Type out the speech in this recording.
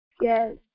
Yes